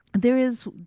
there is,